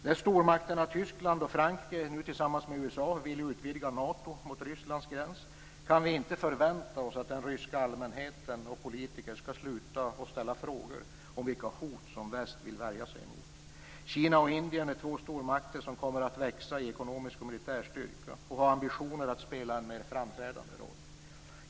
När stormakterna Tyskland och Frankrike nu tillsammans med USA vill utvidga Nato mot Rysslands gräns kan vi inte förvänta oss att den ryska allmänheten och politiker skall sluta att ställa frågor om vilka hot som väst vill värja sig emot. Kina och Indien är två stormakter som kommer att växa i ekonomisk och militär styrka. De har ambitioner att spela en mer framträdande roll.